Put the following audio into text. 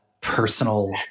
personal